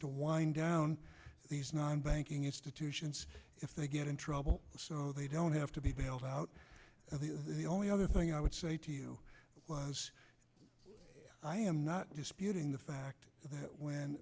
to wind down these non banking institutions if they get in trouble so they don't have to be bailed out and the only other thing i would say to you was i am not disputing the fact that when